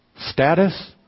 status